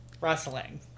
Wrestling